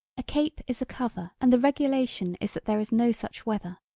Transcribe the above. a cape is a cover and the regulation is that there is no such weather.